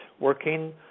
working